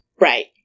Right